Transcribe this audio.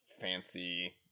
fancy